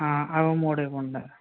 అవి మూడు ఇవ్వండి